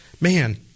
man